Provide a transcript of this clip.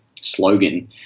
slogan